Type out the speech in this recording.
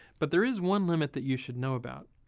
but there is one limit that you should know about.